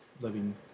living